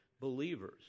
believers